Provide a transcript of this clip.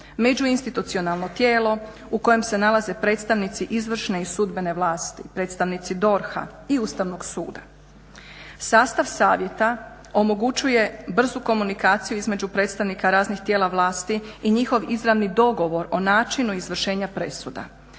Međuinstitucionalno tijelo u kojem se nalaze predstavnici izvršne i sudbene vlasti, predstavnici DORH-a i Ustavnog suda. Sastav Savjeta omogućuje brzu komunikaciju između predstavnika raznih tijela vlasti i njihov izravni dogovor o načinu izvršenja presuda,